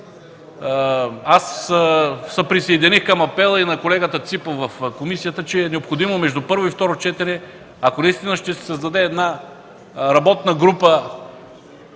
Аз се присъединих към апела на колегата Ципов в комисията, че е необходимо между първо и второ четене, ако ще се създаде работна група,